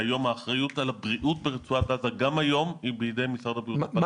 שהיום האחריות על הבריאות ברצועת עזה היא בידי משרד הבריאות הפלסטיני.